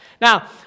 Now